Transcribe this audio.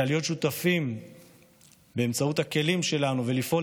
אלא להיות שותפים באמצעות הכלים שלנו ולפעול